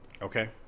Okay